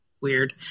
weird